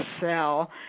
sell